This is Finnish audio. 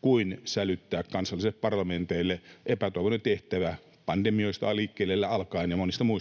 kuin sälyttää kansallisille parlamenteille — epätoivoinen tehtävä, pandemioista liikkeelle lähtien, ja